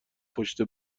پشت